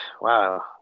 Wow